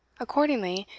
accordingly,